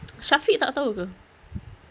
syafiq tak tahu ke